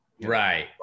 Right